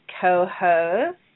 co-host